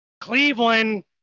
Cleveland